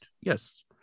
Yes